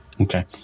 Okay